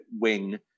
wing